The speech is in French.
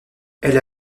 elle